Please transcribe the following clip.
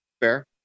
Fair